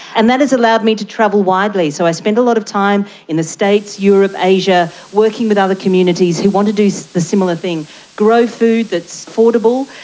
and that has allowed me to travel widely. so i spend a lot of time in the states, europe, asia, working with other communities who want to do so a similar thing grow food that's affordable,